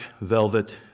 velvet